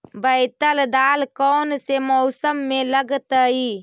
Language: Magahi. बैतल दाल कौन से मौसम में लगतैई?